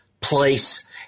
place